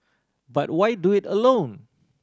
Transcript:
but why do it alone